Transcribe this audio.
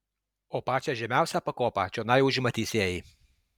o pačią žemiausią pakopą čionai užima teisėjai